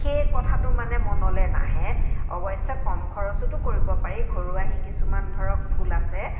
সেই কথাটো মানে মনলৈ নাহে অৱশ্যে কম খৰচতো কৰিব পাৰি ঘৰুৱা সেই কিছুমান ধৰক ফুল আছে